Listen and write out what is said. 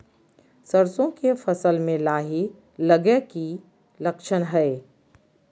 सरसों के फसल में लाही लगे कि लक्षण हय?